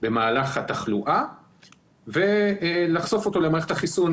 במהלך התחלואה ולחשוף אותו למערכת החיסון